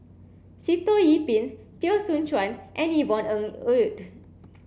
Sitoh Yih Pin Teo Soon Chuan and Yvonne Ng Uhde